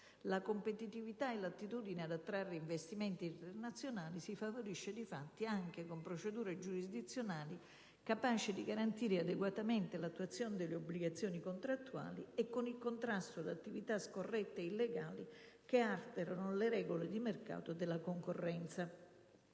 La competitività e l'attitudine ad attrarre investimenti internazionali si favoriscono difatti anche con procedure giurisdizionali capaci di garantire adeguatamente l'attuazione delle obbligazioni contrattuali e con il contrasto ad attività scorrette ed illegali, che alterano le regole di mercato e della concorrenza.